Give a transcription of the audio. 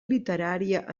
literària